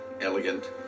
elegant